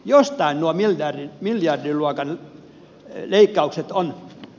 jostain nuo miljardiluokan leikkaukset on tehtävä